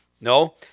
No